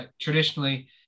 Traditionally